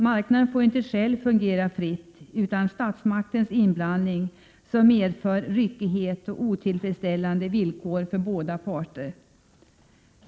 Marknaden får inte fungera fritt, alltså utan statsmakternas inblandning, vilket medför ryckighet och otillfredsställande villkor för båda parter.